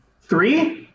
three